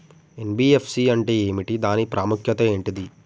NBFC అంటే ఏమిటి దాని ప్రాముఖ్యత ఏంటిది?